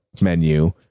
menu